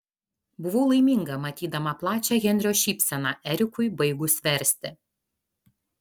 buvau laiminga matydama plačią henrio šypseną erikui baigus versti